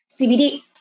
CBD